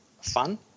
fun